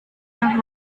yang